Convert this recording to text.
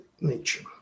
nature